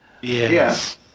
Yes